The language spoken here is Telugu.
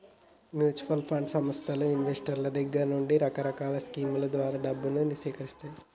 మ్యూచువల్ ఫండ్ సంస్థలు ఇన్వెస్టర్ల దగ్గర నుండి రకరకాల స్కీముల ద్వారా డబ్బును సేకరిత్తాయి